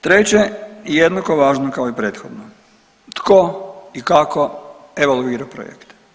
Treće i jednako važno kao i prethodno tko i kako evaluira projekte.